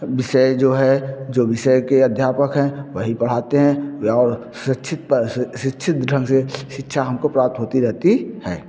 विषय जो है जो विषय के अध्यापक हैं वही पढ़ते हैं और शिक्षित पर से शिक्षित ढंग से शिक्षा हम को प्राप्त होती रहती है